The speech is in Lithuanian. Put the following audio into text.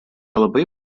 labai